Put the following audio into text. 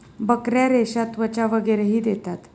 बकऱ्या रेशा, त्वचा वगैरेही देतात